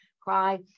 cry